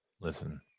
Listen